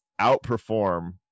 outperform